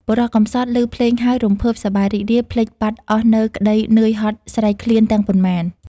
បុរសកំសត់លឺភ្លេងហើយ រំភើប សប្បាយរីករាយ ភ្លេចបាត់អស់នូវក្តីនឿយហត់ស្រេក ឃ្លានទាំងប៉ុន្មាន ។